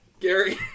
Gary